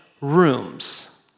rooms